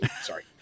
Sorry